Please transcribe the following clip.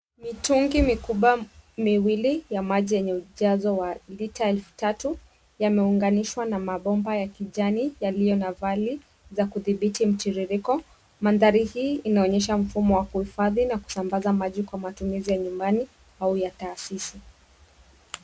Mitungi mikubwa miwili ya maji yenye ujazo wa lita elfu tatu yameunganishwa na mabomba ya kijani yaliyo na valve za kudhibiti mtiririko, mandhari hii inaonyesha mfumo wa kuhifadhi na kusambaza maji kwa matumizi ya nyumbani au ya taasisi.